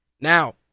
Now